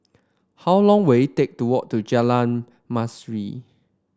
how long will it take to walk to Jalan Manis